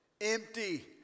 empty